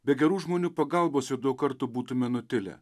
be gerų žmonių pagalbos jau daug kartų būtume nutilę